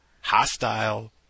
hostile